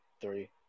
three